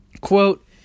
quote